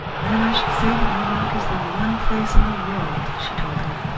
then i should say that new york is the one place in the world, she told him.